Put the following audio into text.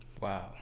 Wow